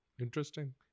Interesting